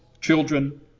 children